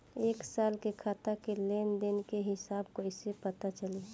एक साल के खाता के लेन देन के हिसाब कइसे पता चली?